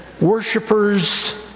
worshippers